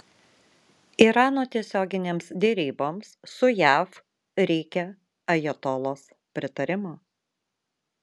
irano tiesioginėms deryboms su jav reikia ajatolos pritarimo